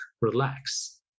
relax